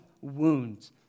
wounds